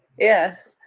yeah.